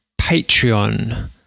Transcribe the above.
Patreon